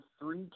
three